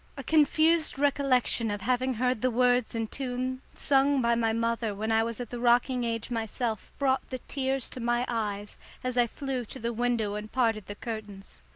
a confused recollection of having heard the words and tune sung by my mother when i was at the rocking age myself brought the tears to my eyes as i flew to the window and parted the curtains.